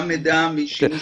גם מידע משני.